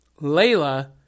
Layla